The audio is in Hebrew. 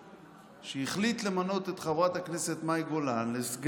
שהחליט למנות את חברת הכנסת מאי גולן לסגנית שר